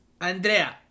Andrea